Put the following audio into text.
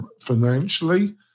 financially